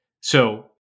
So-